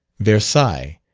versailles,